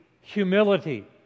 humility